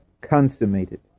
consummated